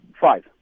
Five